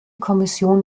kommission